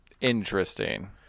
Interesting